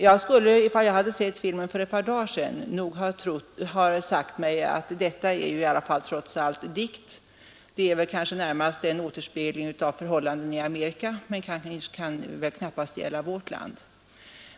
Om jag hade sett den här filmen för ett par dagar sedan skulle jag ha sagt mig att detta trots allt är dikt; det är kanske närmast en återspegling av förhållandena i Amerika och kan knappast gälla vårt land.